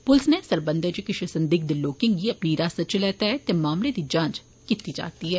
पुलस नै इस सरबंधै इच किश संदिग्घ लोकें गी अपनी हिरासत इच लैता ते मामले दी जांच कीती जा'रदी ऐ